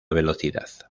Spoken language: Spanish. velocidad